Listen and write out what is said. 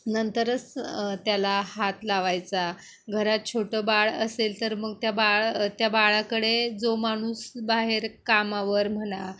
नंतरच त्याला हात लावायचा घरात छोटं बाळ असेल तर मग त्या बाळ त्या बाळाकडे जो माणूस बाहेर कामावर म्हणा